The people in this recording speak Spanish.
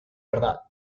verdad